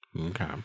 Okay